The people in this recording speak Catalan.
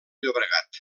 llobregat